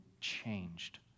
changed